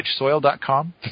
richsoil.com